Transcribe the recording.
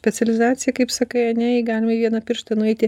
specializaciją kaip sakai ane jei galima į vieną pirštą nueiti